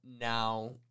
now